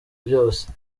byose